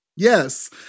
Yes